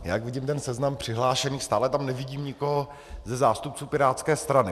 Jak vidím ten seznam přihlášených, stále tam nevidím nikoho ze zástupců pirátské strany.